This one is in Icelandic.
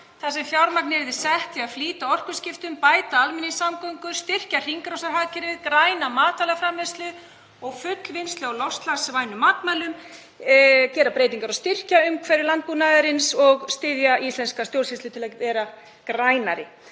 þar sem fjármagn yrði sett í að flýta orkuskiptum, bæta almenningssamgöngur, styrkja hringrásarhagkerfið og græna matvælaframleiðslu og fullvinnslu á loftslagsvænum matvælum, gera breytingar á styrkjaumhverfi landbúnaðarins og styðja íslenska stjórnsýslu til að verða grænni.